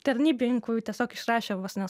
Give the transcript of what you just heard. tarnybininkui tiesiog išrašė vos ne